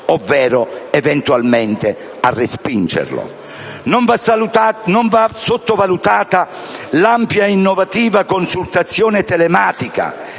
ovvero eventualmente a respingerlo. Né va sottovalutata l'ampia e innovativa consultazione telematica